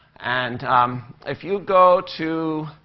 and um if you go to